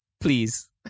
please